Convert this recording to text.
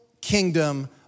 kingdom